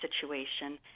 situation